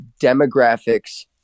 demographics